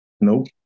Nope